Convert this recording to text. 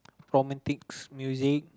romantics music